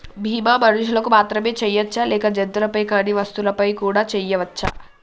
బీమా మనుషులకు మాత్రమే చెయ్యవచ్చా లేక జంతువులపై కానీ వస్తువులపై కూడా చేయ వచ్చా?